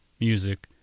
music